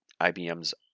IBM's